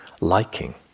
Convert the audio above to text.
liking